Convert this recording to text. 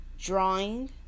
drawing